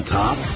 top